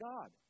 God